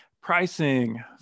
Pricing